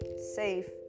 safe